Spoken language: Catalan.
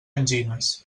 angines